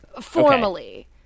formally